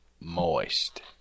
moist